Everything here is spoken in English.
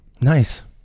nice